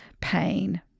pain